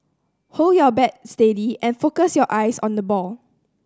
hold your bat steady and focus your eyes on the ball